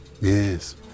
Yes